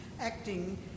acting